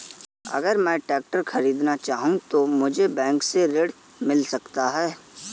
अगर मैं ट्रैक्टर खरीदना चाहूं तो मुझे बैंक से ऋण मिल सकता है?